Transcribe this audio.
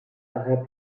daher